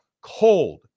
cold